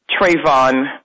Trayvon